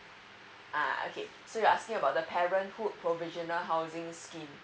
uh okay so you're asking about the parenthood provisional housings scheme